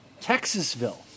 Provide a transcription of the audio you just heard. Texasville